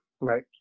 Right